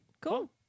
cool